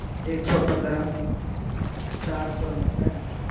ایک سو پندرہ چار سو نوے